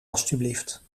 alstublieft